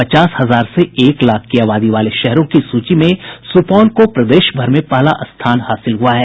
पचास हजार से एक लाख की आबादी वाले शहरों की सूची में सुपौल को प्रदेश भर में पहला स्थान हासिल हुआ है